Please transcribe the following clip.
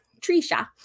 Trisha